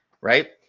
right